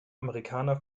amerikaner